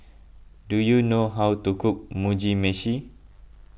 do you know how to cook Mugi Meshi